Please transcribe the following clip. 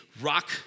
rock